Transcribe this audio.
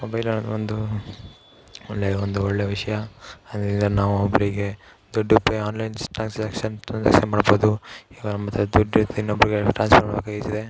mobile ಅನ್ನೋದು ಒಂದು ಒಳ್ಳೆಯ ಒಂದು ಒಳ್ಳೆಯ ವಿಷಯ ಅದರಿಂದ ಈಗ ನಾವು ಒಬ್ಬರಿಗೆ ದುಡ್ಡು ಪೇ ಆನ್ಲೈನ್ ಟ್ರಾನ್ಸಾಕ್ಷನ್ ಟ್ರಾನ್ಸಾಕ್ಷನ್ ಮಾಡ್ಬೌದು ಈಗ ಮತ್ತು ದುಡ್ಡು ಇದ್ರೆ ಇನ್ನೊಬ್ಬರಿಗೆ ಟ್ರಾನ್ಸ್ಫರ್ ಮಾಡಬೇಕಾಗಿರ್ತದೆ